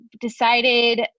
decided